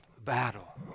battle